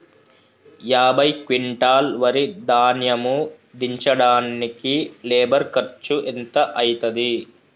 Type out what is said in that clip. యాభై క్వింటాల్ వరి ధాన్యము దించడానికి లేబర్ ఖర్చు ఎంత అయితది?